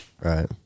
right